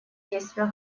действия